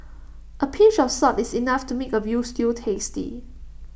A pinch of salt is enough to make A Veal Stew tasty